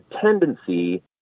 tendency